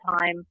time